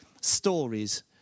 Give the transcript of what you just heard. Stories